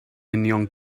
union